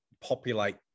populate